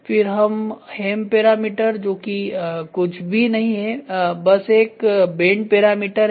फिर यहां हेम पैरामीटर जोकि कुछ भी नहीं बस एक बैंड पैरामीटर है